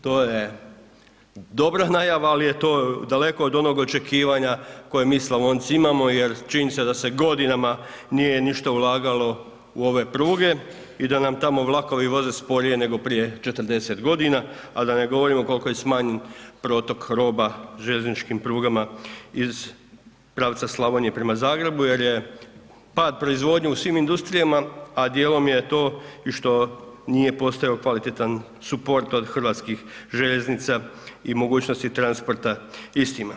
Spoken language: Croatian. To je dobra najava, ali je to daleko od onog očekivanja koje mi Slavonci imamo jer čini se da se godinama nije ništa ulagalo u ove pruge i da nam tamo vlakovi voze sporije nego prije 40 godina, a da ne govorimo koliko je smanjen protok roba željezničkim prugama iz pravca Slavonije prema Zagrebu jer je pad proizvodnje u svim industrijama, a dijelom je to i što nije postojao kvalitetan suport od Hrvatskih željeznica i mogućnosti transporta istima.